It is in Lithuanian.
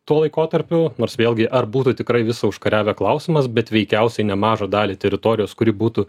tuo laikotarpiu nors vėlgi ar būtų tikrai visą užkariavę klausimas bet veikiausiai nemažą dalį teritorijos kuri būtų